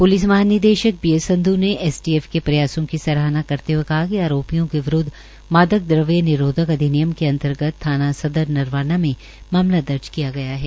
police महानिदेशक B S Sandhu ने STF के प्रयासों की सराहना करते हए कहा कि आरोपियों के विरूदव मादक द्वव्य निरोधक अधिनियम के अंतर्गत थाना सदर नरवाना में मामला दर्ज किया गया है